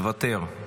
מוותר.